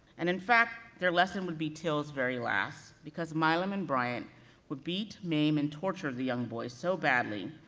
and in fact their lesson would be till's very last, because milam and bryant would beat, maim, and torture the young boy so badly,